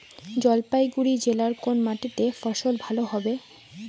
জলপাইগুড়ি জেলায় কোন মাটিতে ফসল ভালো হবে?